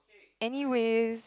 anyways